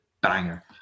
banger